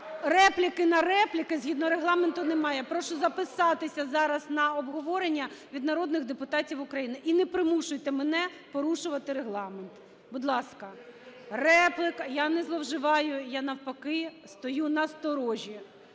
Репліки на репліки, згідно Регламенту, немає. Я прошу записатися зараз на обговорення від народних депутатів України. І не примушуйте мене порушувати Регламент. Будь ласка, репліка. Я не зловживаю, я, навпаки, стою на сторожі.